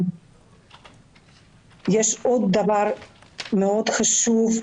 יש עוד דבר מאוד חשוב,